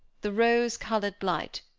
the rose-colored light,